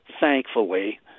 thankfully